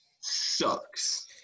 sucks